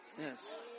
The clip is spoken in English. Yes